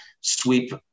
sweep